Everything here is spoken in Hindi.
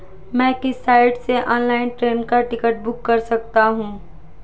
मैं किस साइट से ऑनलाइन ट्रेन का टिकट बुक कर सकता हूँ?